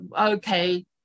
okay